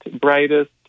brightest